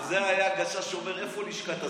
על זה היה הגשש אומר: איפה לשכת הסעד?